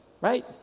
right